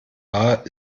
war